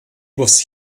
was